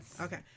Okay